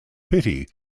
pity